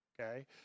Okay